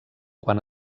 quan